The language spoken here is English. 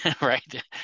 right